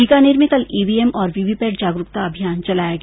बीकानेर में कल ईवीएम और वीवीपैट जागरूकता अभियान चलाया गया